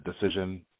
decision